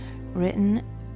written